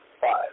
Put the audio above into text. Five